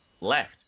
left